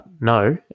no